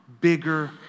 bigger